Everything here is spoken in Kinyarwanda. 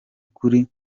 kuri